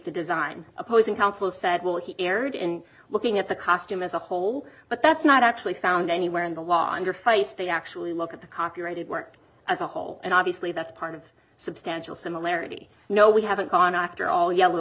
the design opposing counsel said well he erred in looking at the cost him as a whole but that's not actually found anywhere in the law under face they actually look at the copyrighted work as a whole and obviously that's part of substantial similarity no we haven't gone after all yellow